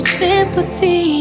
sympathy